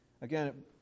again